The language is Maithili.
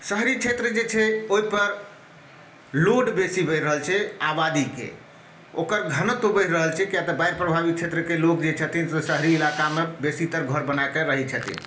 शहरी क्षेत्र जे छै ओहिपर लोड बेसी बढ़ि रहल छै आबादीके ओकर घनत्व बढ़ि रहल छै किआक तऽ बाढ़ि प्रभावित क्षेत्रके लोक जे छथिन से शहरी इलाकामे बेसीतर घर बना कऽ रहैत छथिन